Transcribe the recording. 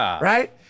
Right